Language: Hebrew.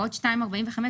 עוד 2.45,